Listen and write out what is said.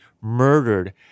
murdered